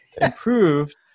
improved